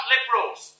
Liberals